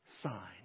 sign